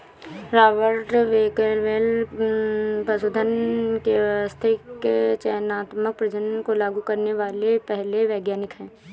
Robert Bakewell पशुधन के व्यवस्थित चयनात्मक प्रजनन को लागू करने वाले पहले वैज्ञानिक है